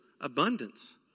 abundance